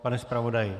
Pane zpravodaji.